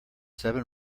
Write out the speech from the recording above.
seven